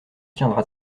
tiendra